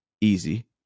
easy